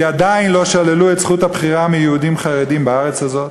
כי עדיין לא שללו את זכות הבחירה מיהודים חרדים בארץ הזאת